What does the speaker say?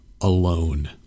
alone